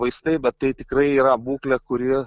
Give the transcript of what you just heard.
vaistai bet tai tikrai yra būklė kuri